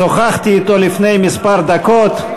שוחחתי אתו לפני כמה דקות.